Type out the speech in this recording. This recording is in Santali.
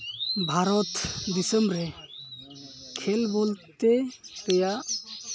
ᱵᱷᱟᱨᱚᱛ ᱫᱤᱥᱚᱢ ᱨᱮ ᱠᱷᱮᱞ ᱵᱚᱞᱛᱮ ᱯᱮᱭᱟ